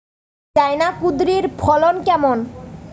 China কুঁদরীর ফলন কেমন?